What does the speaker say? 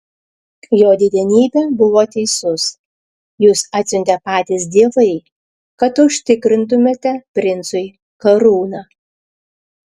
jo didenybė buvo teisus jus atsiuntė patys dievai kad užtikrintumėte princui karūną